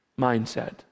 mindset